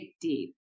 deep